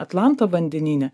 atlanto vandenyne